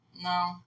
No